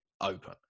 open